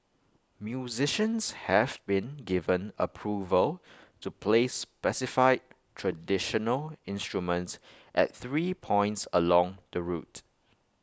musicians have been given approval to play specified traditional instruments at three points along the route